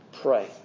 pray